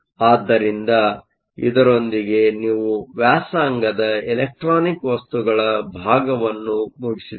ಆದ್ದರಿಂದ ಇದರೊಂದಿಗೆ ನಾವು ವ್ಯಾಸಂಗದ ಎಲೆಕ್ಟ್ರಾನಿಕ್ ವಸ್ತುಗಳ ಭಾಗವನ್ನು ಮುಗಿಸಿದ್ದೇವೆ